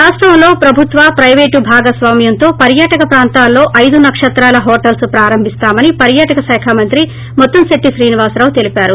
రాష్టంలో ప్రభుత్వ పైవేట్ భాగస్వామ్నంతో పర్భాటక ప్రాంతాల్లో అయిదు నక్షత్రాల హోటల్స్ ప్రారంభిస్తామని పర్యాటక శాఖ మంత్రి ముత్తంశెట్లి శ్రీనివాస్ తెలిపారు